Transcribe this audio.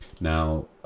Now